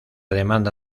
demanda